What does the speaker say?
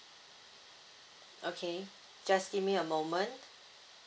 okay just give me a moment